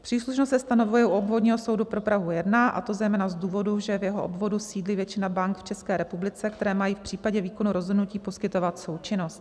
Příslušnost se stanovuje u Obvodního soudu pro Prahu 1, a to zejména z důvodu, že v jeho obvodu sídlí většina bank v České republice, které mají v případě výkonu rozhodnutí poskytovat součinnost.